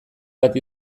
bat